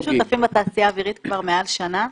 אנחנו מחפשים שותפים בתעשייה האווירית כבר מעל שנה.